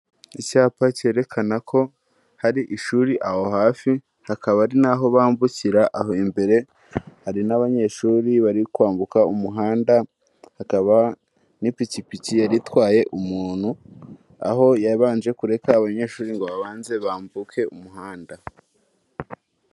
Icyapa cyerekana ko hari ishuri aho hafi, hakaba hari n'aho bambukira aho imbere, hari n'abanyeshuri bari kwambuka umuhanda, hakaba n'ipikipiki yari itwaye umuntu, aho yabanje kureka abanyeshuri ngo babanze bambuke umuhanda.